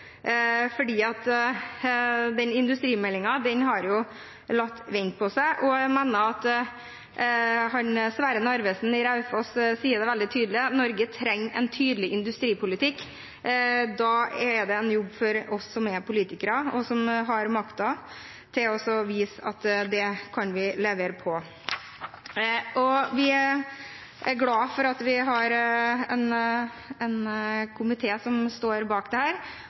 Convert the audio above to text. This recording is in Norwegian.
latt vente på seg. Jeg mener at Sverre Narvesen i NCE Raufoss sier det veldig tydelig at Norge trenger en tydelig industripolitikk. Da er det en jobb for oss som er politikere og som har makten, å vise at det kan vi levere på. Vi er glade for at vi har en komité som står bak